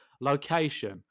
Location